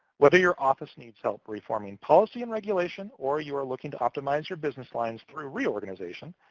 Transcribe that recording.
whether your office needs help reforming policy and regulation or you are looking to optimize your business lines through reorganization,